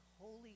holy